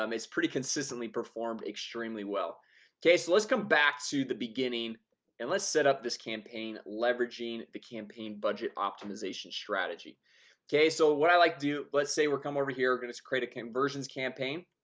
um it's pretty consistently performed extremely well okay, so let's come back to the beginning and let's set up this campaign leveraging the campaign budget optimization strategy okay. so what i like to do, let's say we're coming over here. we're going to create a conversions campaign